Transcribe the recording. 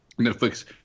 Netflix